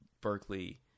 Berkeley